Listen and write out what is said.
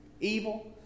Evil